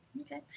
Okay